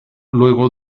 luego